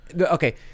Okay